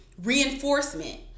reinforcement